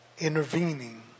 intervening